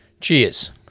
Cheers